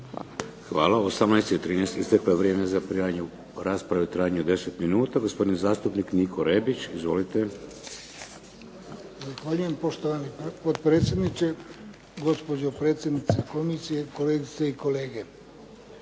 Hvala. U 18,13 isteklo je vrijeme za prijavu rasprave u trajanju od 10 minuta. Gospodin zastupnik Niko Rebić. Izvolite. **Rebić, Niko (HDZ)** Zahvaljujem poštovani potpredsjedniče, gospođo predsjednice komisije, kolegice i kolege.